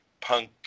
punk